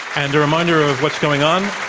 and a reminder of what's going on.